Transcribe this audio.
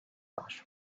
var